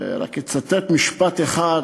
רק אצטט משפט אחד: